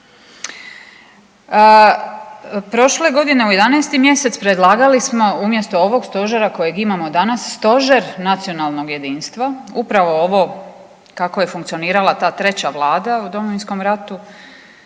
Prošle godine u 11. mjesecu predlagali smo umjesto ovog stožera kojeg imamo danas stožer nacionalnog jedinstva. Upravo ovo kako je funkcionirala ta 3. Vlada u Domovinskom ratu